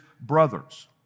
brothers